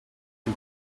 you